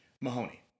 Mahoney